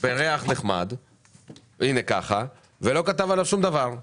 ועם ריח נחמד ולא כתוב עליה שום דבר.